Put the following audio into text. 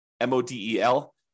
M-O-D-E-L